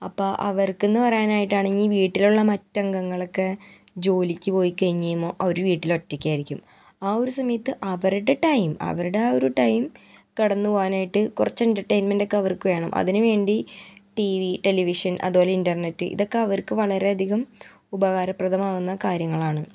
അപ്പം അവർക്ക് എന്ന് പറയാനായിട്ടാണെങ്കിൽ വീട്ടിലുള്ള മറ്റ് അംഗങ്ങളൊക്കെ ജോലിക്ക് പോയി കഴിഞ്ഞ് കഴിയുമ്പോൾ അവർ വീട്ടിൽ ഒറ്റയ്ക്കായിരിക്കും ആ ഒരു സമയത്ത് അവരുടെ ടൈം അവരുടെ ആ ഒരു ടൈം കടന്ന് പോകാനായിട്ട് കുറച്ച് എന്റർടൈൻമെന്റ് ഒക്കെ അവർക്ക് വേണം അതിന് വേണ്ടി ടി വി ടെലിവിഷൻ അതുപോലെ ഇന്റർനെറ്റ് ഇതൊക്കെ അവർക്ക് വളരെയധികം ഉപകാരപ്രദമാകുന്ന കാര്യങ്ങളാണ്